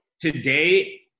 Today